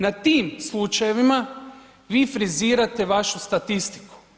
Na tim slučajevima vi frizirate vašu statistiku.